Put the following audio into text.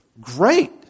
Great